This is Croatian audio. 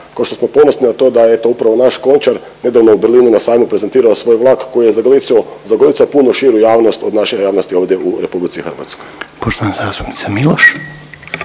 kao što smo ponosni na to da je to upravo naš Končar nedavno u Berlinu na sajmu prezentirao svoj vlak koji je zagolicao puno širu javnost od naše javnosti ovdje u RH. **Reiner, Željko (HDZ)** Poštovana zastupnica Miloš.